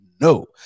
No